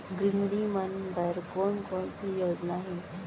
गृहिणी मन बर कोन कोन से योजना हे?